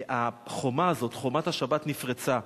החומה הזאת, חומת השבת, נפרצה.